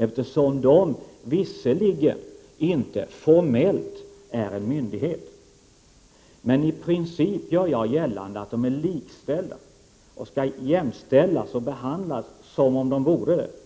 VPC är visserligen inte formellt en myndighet, men i princip gör jag gällande att VPC är likställt och skall jämställas och behandlas som om det vore en myndighet,